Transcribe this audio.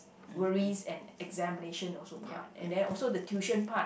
worries and examination also part and then also the tuition part